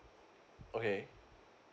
okay